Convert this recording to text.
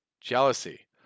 Jealousy